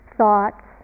thoughts